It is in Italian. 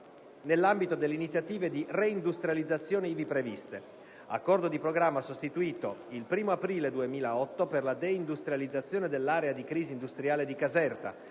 nell'ambito delle iniziative di reindustrializzazione ivi previste; accordo di programma sottoscritto il 1° aprile 2008 per la deindustrializzazione dell'area di crisi industriale di Caserta;